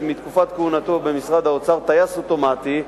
מתקופת כהונתו במשרד האוצר: טייס אוטומטי.